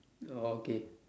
oh okay